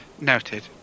Noted